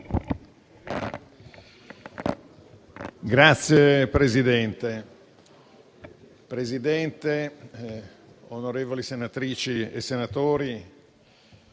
Presidente, onorevoli senatrici, senatori